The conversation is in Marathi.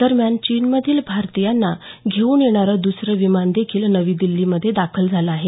दरम्यान चीनमधील भारतीयांना घेऊन येणारं दुसरं विमान देखील नवी दिल्लीमध्ये दाखल झालं आहे